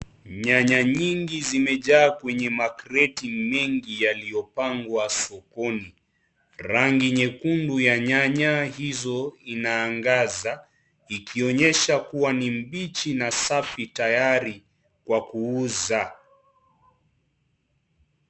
Nyanya nyingi zimejaa kwenye makreti mengi yaliyopangwa sokon,i rangi nyekundu ya nyanya hizo inaangaza ikionyesha kuwa ni mbichi na safi tayari kwa kuuza .